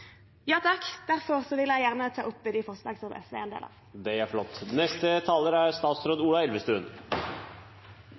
jeg vil gjerne ta opp de forslagene SV er en del av.